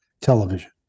television